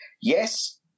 Yes